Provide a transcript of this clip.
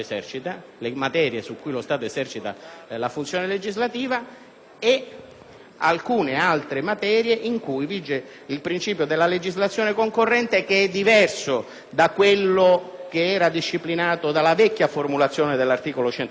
e le altre in cui vige il principio della legislazione concorrente, che è diverso da quello disciplinato dalla vecchia formulazione dell'articolo 117, perché i principi fondamentali che si riserva lo Stato su tali materie hanno